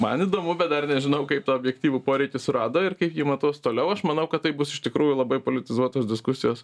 man įdomu bet dar nežinau kaip tą objektyvų poreikį surado ir kaip jį matuos toliau aš manau kad tai bus iš tikrųjų labai politizuotos diskusijos